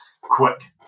quick